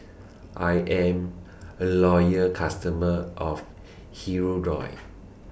I'm A Loyal customer of Hirudoid